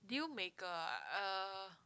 deal maker ah uh